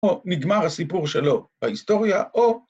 או נגמר הסיפור שלו בהיסטוריה, או...